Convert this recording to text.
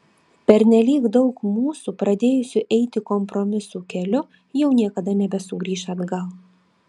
pernelyg daug mūsų pradėjusių eiti kompromisų keliu jau niekada nebesugrįš atgal